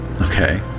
Okay